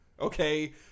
Okay